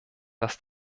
dass